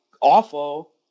awful